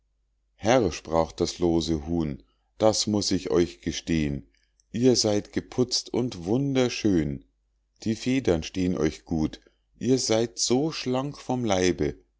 herr sprach das lose huhn das muß ich euch gestehn ihr seyd geputzt und wunderschön die federn stehn euch gut ihr seyd so schlank vom leibe